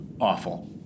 awful